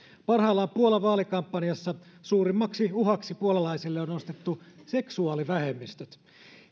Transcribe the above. parhaillaan puolan vaalikampanjassa suurimmaksi uhaksi puolalaisille on nostettu seksuaalivähemmistöt